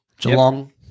Geelong